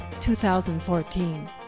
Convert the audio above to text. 2014